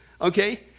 Okay